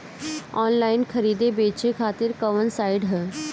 Online खरीदे बेचे खातिर कवन साइड ह?